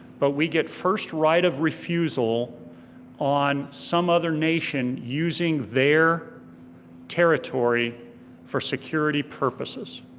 but we get first right of refusal on some other nation using their territory for security purposes.